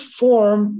form